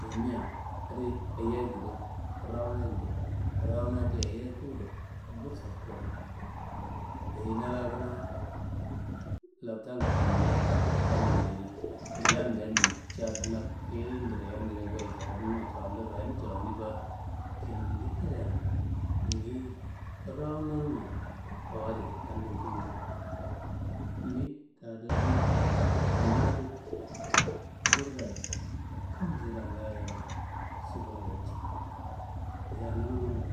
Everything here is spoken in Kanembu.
Ayimea adi ayiyayi guwudo, rawunayi guwudo. Rawunayi ti ayiyayi kuwudo, gursayi kuwudo. Ayi na la kanaa ktambe ktantumbedi, yan ndandi ca na kiyitro yanguedea goyo caradunuwa, cafandu raani cafandi ba, kintiguedean niyi rawunonuma tandum kumo. Ni ta do dun kanna adi gursayi kam sidea ngaayero siforo walci. Dayi ananangando,